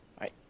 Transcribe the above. right